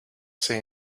say